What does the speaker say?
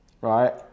right